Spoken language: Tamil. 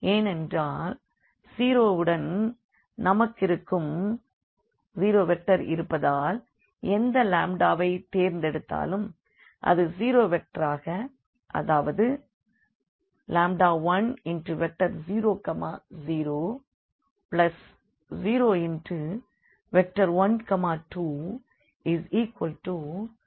ஏனென்றால் 0 வுடன் நமக்கிருக்கும் 0 வெக்டர் இருப்பதால் எந்த ஐ தேர்ந்தெடுத்தாலும் அது 0 வெக்டராக அதாவது 10001200ஆக இருக்கும்